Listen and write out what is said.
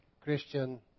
Christian